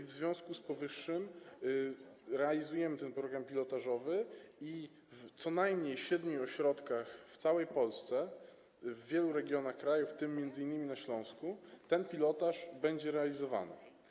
W związku z powyższym realizujemy ten program pilotażowy i w co najmniej siedmiu ośrodkach w całej Polsce, w wielu regionach kraju, w tym między innymi na Śląsku, ten pilotaż będzie realizowany.